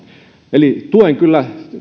eli tuen kyllä